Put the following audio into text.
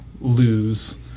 lose